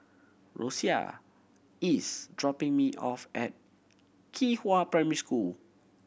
Rosia is dropping me off at Qihua Primary School